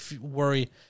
worry